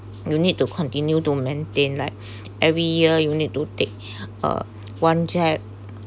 you need to continue to maintain like every year you need to take uh one jab